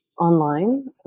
online